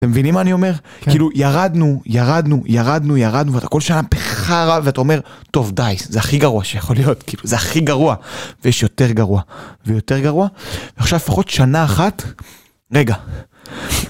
אתם מבינים מה אני אומר? כאילו ירדנו ירדנו ירדנו ירדנו ואנחנו וכל שנה בחרא, ואתה אומר "טוב די זה הכי גרוע שיכול להיות" כי זה הכי גרוע, ויש יותר גרוע ויותר גרוע, עכשיו, פחות שנה אחת, רגע.